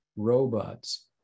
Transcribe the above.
robots